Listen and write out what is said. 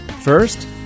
First